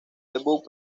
debut